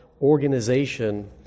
organization